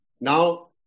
Now